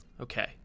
Okay